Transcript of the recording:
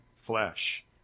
flesh